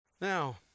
Now